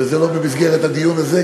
וזה לא במסגרת הדיון הזה,